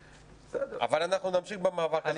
אבל אנחנו נמשיך במאבק הזה ביחד.